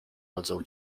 rodzą